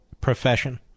profession